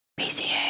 PCA